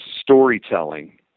storytelling